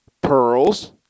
pearls